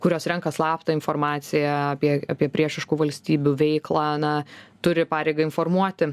kurios renka slaptą informaciją apie apie priešiškų valstybių veiklą na turi pareigą informuoti